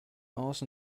aus